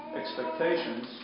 Expectations